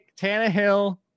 Tannehill